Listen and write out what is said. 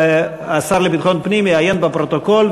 השר לביטחון פנים יעיין בפרוטוקול,